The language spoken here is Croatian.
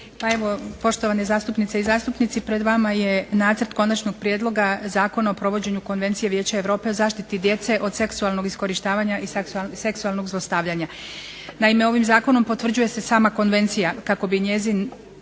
Pa evo, poštovane zastupnice i zastupnici. Pred vama je Nacrt konačnog prijedloga zakona o provođenju Konvencije vijeća Europe o zaštiti djece od seksualnog iskorištavanja i seksualnog zlostavljanja. Naime, ovim Zakonom potvrđuje se sama konvencija kako bi njezine